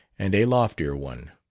and a loftier one.